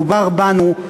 מדובר בנו,